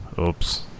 Oops